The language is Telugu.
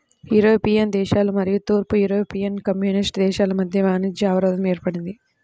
యూరోపియన్ దేశాలు మరియు తూర్పు యూరోపియన్ కమ్యూనిస్ట్ దేశాల మధ్య వాణిజ్య అవరోధం ఏర్పడింది